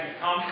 come